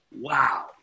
wow